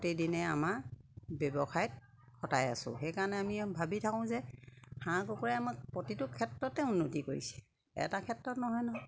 প্ৰতিদিনে আমাৰ ব্যৱসায়ত খতাই আছোঁ সেইকাৰণে আমি ভাবি থাকোঁ যে হাঁহ কুকুৰাই আমাক প্ৰতিটো ক্ষেত্ৰতে উন্নতি কৰিছে এটা ক্ষেত্ৰত নহয় নহয়